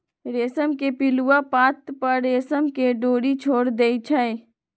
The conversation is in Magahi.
रेशम के पिलुआ पात पर रेशम के डोरी छोर देई छै